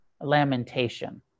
lamentation